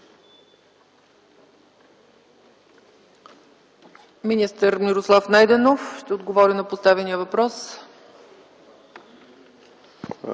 Министър Мирослав Найденов ще отговори на поставения въпрос.